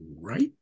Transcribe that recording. right